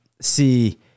see